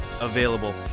available